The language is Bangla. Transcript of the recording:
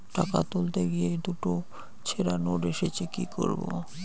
টাকা তুলতে গিয়ে দুটো ছেড়া নোট এসেছে কি করবো?